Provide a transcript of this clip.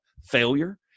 failure